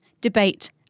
debate